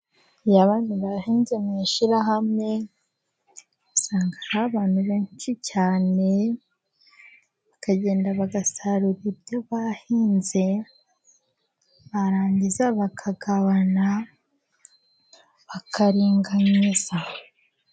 Iyo abantu bahinze mu ishyirahamwe. Usanga hari abantu benshi cyane, bakagenda bagasarura ibyo bahinze, barangiza bakagabana, bakaringaniza.